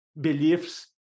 beliefs